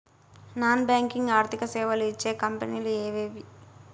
Non banking ఆర్థిక సేవలు ఇచ్చే కంపెని లు ఎవేవి?